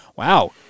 wow